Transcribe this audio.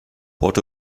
port